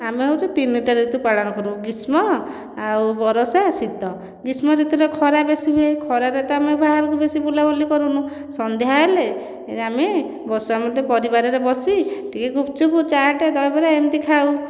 ଆମେ ହେଉଛି ତିନିଟା ଋତୁ ପାଳନ କରୁ ଗ୍ରୀଷ୍ମ ଆଉ ବରଷା ଶୀତ ଗ୍ରୀଷ୍ମ ଋତୁରେ ଖରା ବେଶୀ ହୁଏ ଖରାରେ ତ ଆମେ ବାହାରକୁ ବେଶୀ ବୁଲାବୁଲି କରୁନୁ ସନ୍ଧ୍ୟା ହେଲେ ଆମେ ସମସ୍ତେ ପରିବାରରେ ବସି ଟିକିଏ ଗୁପଚୁପ ଚାଟ୍ ଦହିବରା ଏମିତି ଖାଉ